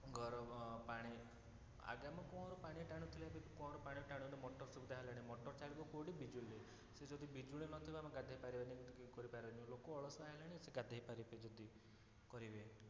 ଗରମ ପାଣି ଆଗାମୀ କୁଅଁରୁ ପାଣି ଟାଣୁଥୁଲେ ଏବେ କୂଅଁରୁ ପାଣି ଟାଣୁନି ମଟର ସୁବିଧା ହେଲାଣି ମଟର ଚାଲିବ କେଉଁଠି ବିଜୁଳିରେ ସେ ଯଦି ବିଜୁଳି ନଥିବ ଆମେ ଗାଧୋଇପାରିବାନି କରିପାରିବାନି ଲୋକ ଅଳସୁଆ ହେଲେଣି ସେ ଗାଧୋଇପାରିବେ ଯଦି କରିବେ